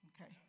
Okay